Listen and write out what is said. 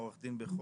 עורך הדין בכור,